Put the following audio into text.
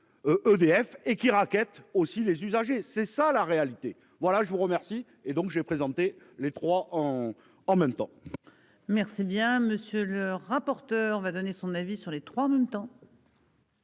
EDF et qui rackettent aussi les usagers, c'est ça la réalité. Voilà je vous remercie et donc j'ai présenté les 3 ans en même temps. Merci bien. Monsieur le rapporteur, va donner son avis sur les trois en même temps.